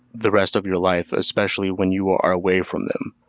the rest of your life, especially when you are away from them.